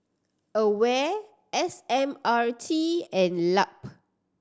AWARE S M R T and LUP